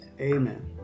Amen